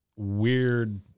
weird